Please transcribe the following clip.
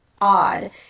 odd